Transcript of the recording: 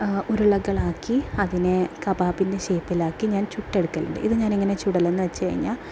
ഉരുളകളാക്കി അതിനെ കബാബിൻ്റെ ഷേപ്പിലാക്കി ഞാൻ ചുട്ടെടുക്കലുണ്ട് ഇത് ഞാൻ എങ്ങനെ ചുടലെന്നു വെച്ചാൽ കഴിഞ്ഞാൽ